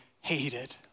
hated